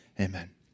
Amen